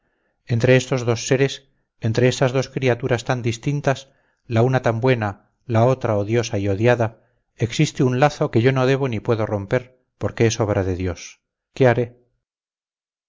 entre estos dos seres entre estas dos criaturas tan distintas la una tan buena la otra odiosa y odiada existe un lazo que yo no debo ni puedo romper porque es obra de dios qué haré